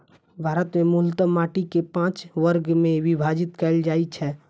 भारत मे मूलतः माटि कें पांच वर्ग मे विभाजित कैल जाइ छै